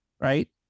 right